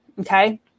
okay